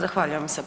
Zahvaljujem se.